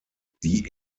die